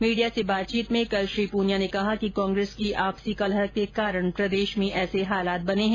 media से बातचीत में कल श्री प्रनिया ने कहा कि कांग्रेस की आपसी कलह के कारण प्रदेश में ऐसे हालात बने हैं